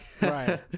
Right